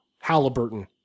Halliburton